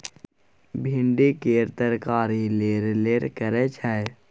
भिंडी केर तरकारी लेरलेर करय छै